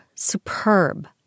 Superb